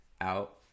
out